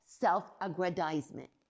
self-aggrandizement